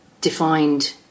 defined